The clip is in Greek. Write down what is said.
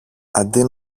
αντί